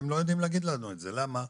אתם לא יודעים להגיד לנו את זה, למה?